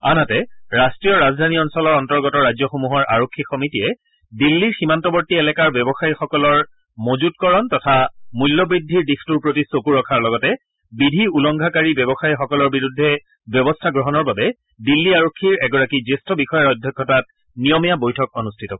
আনহাতে ৰাষ্ট্ৰীয় ৰাজধানী অঞ্চলৰ অন্তৰ্গত ৰাজ্যসমূহৰ আৰক্ষী সমিতিয়ে দিল্লীৰ সীমান্তৱৰ্তী এলেকাৰ ব্যৱসায়ীসকলৰ মজুতকৰণ তথা মূল্যবদ্ধিৰ প্ৰতি চকু ৰখাৰ লগতে বিধি উলংঘাকাৰী ব্যৱসায়ীসকলৰ বিৰুদ্ধে ব্যৱস্থা গ্ৰহণৰ বাবে দিল্লী আৰক্ষীৰ এগৰাকী জ্যেষ্ঠ বিষয়াৰ অধ্যক্ষতাত নিয়মীয়া বৈঠক অনুষ্ঠিত কৰিব